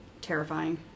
terrifying